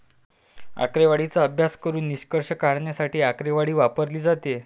आकडेवारीचा अभ्यास करून निष्कर्ष काढण्यासाठी आकडेवारी वापरली जाते